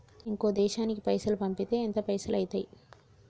ఇంకో దేశానికి పైసల్ పంపితే ఎంత పైసలు అయితయి?